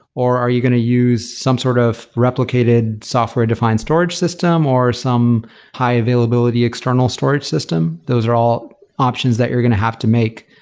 are you going to use some sort of replicated software defined storage system or some high-availability external storage system? those are all options that you're going to have to make.